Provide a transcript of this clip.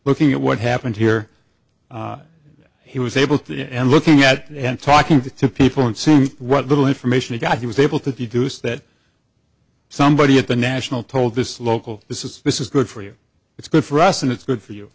looking at what happened here he was able to and looking at it and talking to people and seeing what little information he got he was able to deduce that somebody at the national told this local this is this is good for you it's good for us and it's good for you